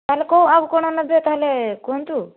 ତା'ହେଲେ କେଉଁ ଆଉ କ'ଣ ନେବେ ତା'ହେଲେ କୁହନ୍ତୁ